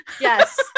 Yes